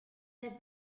have